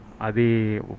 Adi